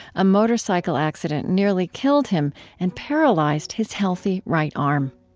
a motorcycle accident nearly killed him and paralyzed his healthy right arm.